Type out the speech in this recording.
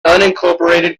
unincorporated